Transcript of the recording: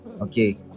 Okay